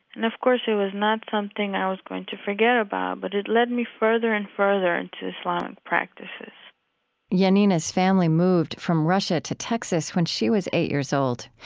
and of course, it was not something i was going to forget about, but it led me further and further into islamic practices yanina's family moved from russia to texas when she was eight years old.